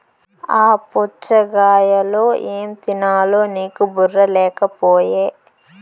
ఆ పుచ్ఛగాయలో ఏం తినాలో నీకు బుర్ర లేకపోయె